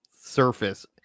surface